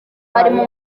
harimo